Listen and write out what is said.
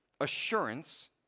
Assurance